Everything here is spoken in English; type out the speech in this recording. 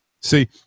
See